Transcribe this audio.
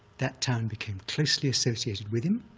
that town became closely associated with him.